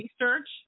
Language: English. research